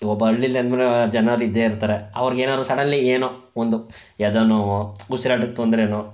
ಒಬ್ಬ ಹಳ್ಳಿಯಲ್ಲಿ ಅಂದಮೇಲೆ ಜನರು ಇದ್ದೇ ಇರ್ತಾರೆ ಅವ್ರಿಗೇನಾದ್ರು ಸಡನ್ಲಿ ಏನೋ ಒಂದು ಎದೆನೋವೋ ಉಸಿರಾಟದ ತೊಂದರೇನೋ